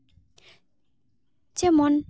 ᱡᱮᱢᱚᱱ